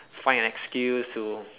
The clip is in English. find excuse to